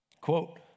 Quote